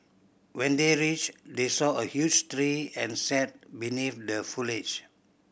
when they reached they saw a huge tree and sat beneath the foliage